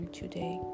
today